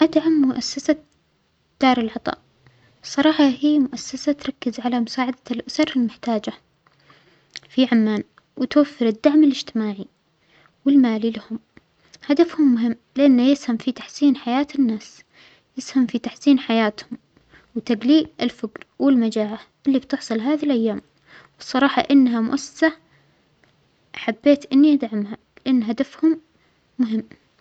أدعم مؤسسة دار العطاء، بصراحة هى مؤسسة تركز على مساعدة الأسر المحتاجة في عمان وتوفر الدعم الإجتماعي والمالى لهم، هدفهم مهم لأنه يسهم في تحسين حياة الناس، يسهم في تحسين حياتهم وتجليل الفجر والمجاعة اللى بتحصل هذه الأيام، والصراحة إنها مؤثرة حبيت إنى أدعمها لأن هدفهم مهم.